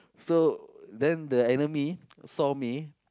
so then the enemy saw me